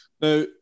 Now